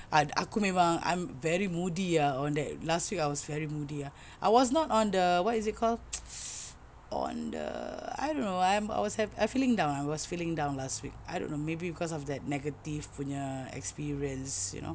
ah aku memang I'm very moody ah on that last week I was very moody ah I was not on the what is it called on the I don't know I'm I was feeling down I was feeling down last week I don't know maybe cause of that negative punya experience you know